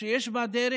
שיש בה דרך.